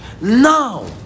now